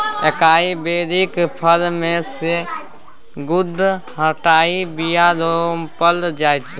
एकाइ बेरीक फर मे सँ गुद्दा हटाए बीया रोपल जाइ छै